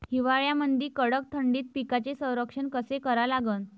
हिवाळ्यामंदी कडक थंडीत पिकाचे संरक्षण कसे करा लागन?